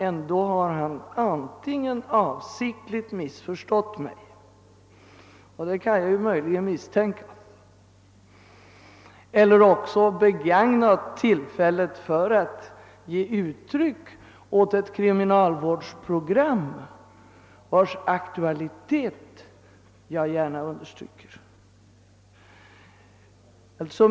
Ändå har han antingen avsiktligt missförstått mig — vilket jag möjligen kan misstänka — eller begagnat tillfället att ge uttryck åt ett kriminalvårdsprogram vars aktualitet jag gärna understryker.